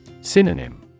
Synonym